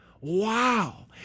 Wow